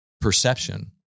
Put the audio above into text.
perception